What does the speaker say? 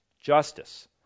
Justice